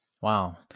Wow